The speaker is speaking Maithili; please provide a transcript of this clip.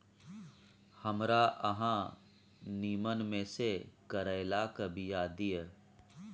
हमरा अहाँ नीमन में से करैलाक बीया दिय?